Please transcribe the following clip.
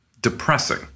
depressing